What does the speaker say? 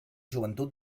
joventut